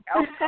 Okay